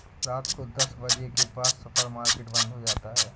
रात को दस बजे के बाद सुपर मार्केट बंद हो जाता है